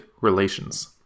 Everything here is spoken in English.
relations